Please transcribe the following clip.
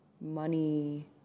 money